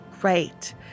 Great